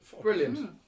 brilliant